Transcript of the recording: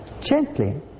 Gently